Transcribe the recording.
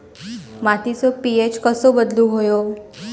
मातीचो पी.एच कसो बदलुक होयो?